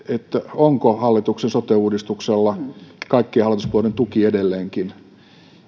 onko hallituksen sote uudistuksella kaikkien hallituspuolueiden tuki edelleenkin